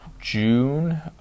June